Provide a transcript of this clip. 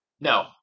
No